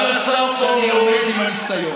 זה הדבר שאני לומד עם הניסיון,